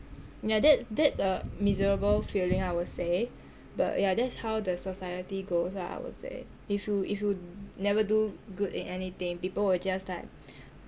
yah that that's a miserable feeling I will say but yah that's how the society goes lah I would say if you if you never do good in anything people will just like